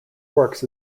works